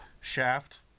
shaft